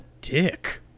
dick